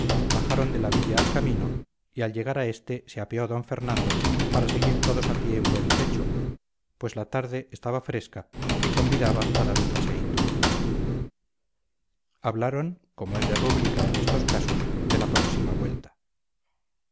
bajaron de la villa al camino y al llegar a este se apeó d fernando para seguir todos a pie un buen trecho pues la tarde estaba fresca y convidaba a dar un paseíto hablaron como es de rúbrica en estos casos de la próxima vuelta